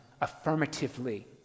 affirmatively